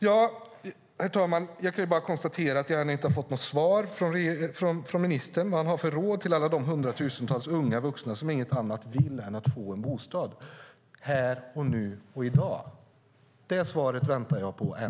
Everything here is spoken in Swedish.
Herr talman! Jag kan konstatera att jag inte fått något svar från ministern beträffande vad han har för råd till alla de hundratusentals unga vuxna som inget annat vill än att få en bostad här, nu och i dag. Det svaret väntar jag på än.